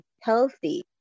healthy